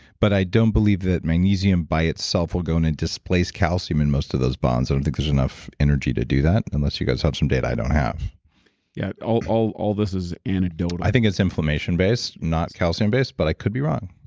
but i don't believe that magnesium by itself will go on and displace calcium in most of those bonds. i don't think there's enough energy to do that unless you guys have some data i don't have yeah all all this is anecdotal i think it's inflammation based, not calcium based but i could be wrong.